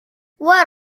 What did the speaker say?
what